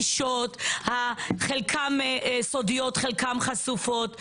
הפגישות, חלקן סודיות, חלקן חשופות.